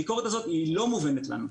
הביקורת הזאת היא לא מובנת לנו.